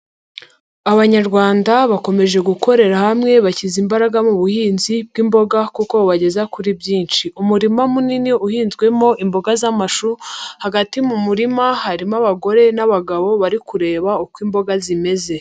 Abanyarwanda bakomeje gukorera hamwe bashyize imbaraga mu buhinzi bw'imboga kuko bageza kuri byinshi. Umurima munini uhinzwemo imboga z'amashu hagati mu murima harimo abagore n'abagabo bari kureba uko imboga zimeze.